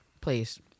Please